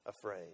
afraid